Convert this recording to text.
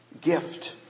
Gift